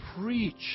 preach